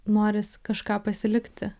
norisi kažką pasilikti